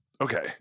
Okay